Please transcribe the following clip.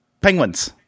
penguins